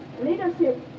leadership